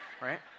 right